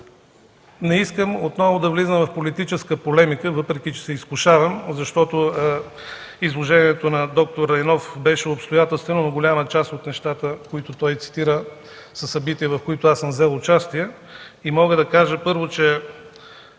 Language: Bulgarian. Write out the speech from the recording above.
Не искам отново да влизам в политическа полемика, въпреки че се изкушавам, защото изложението на д-р Райнов беше обстоятелствено. Голяма част от нещата, които той цитира, са събития, в които аз съм взел участие. Мога да кажа, първо, че